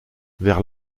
vers